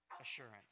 assurance